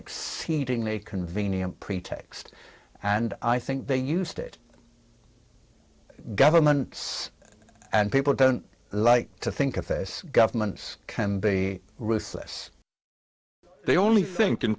exceedingly convenient pretext and i think they used it governments and people don't like to think of this governments can be ruthless they only think in